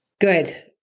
Good